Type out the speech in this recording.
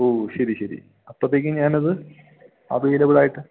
ഓ ശരി ശരി അപ്പത്തേക്കും ഞാനത് അവൈലബിള് ആയിട്ട്